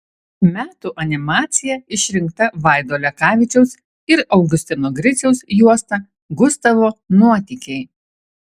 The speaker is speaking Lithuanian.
metų animacija išrinkta vaido lekavičiaus ir augustino griciaus juosta gustavo nuotykiai